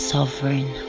Sovereign